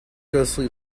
ghostly